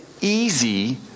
Easy